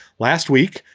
last week,